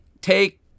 take